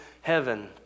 heaven